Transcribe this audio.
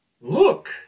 Look